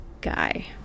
guy